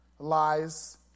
lies